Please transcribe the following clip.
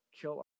kill